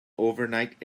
overnight